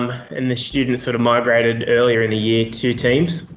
and the students sort of migrated earlier in the year to teams,